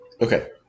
Okay